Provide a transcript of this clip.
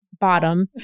bottom